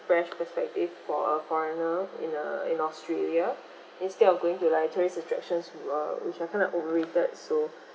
fresh perspective for a foreigner in err in australia instead of going to like tourist attractions were which are kind of overrated so